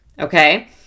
okay